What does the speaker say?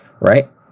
Right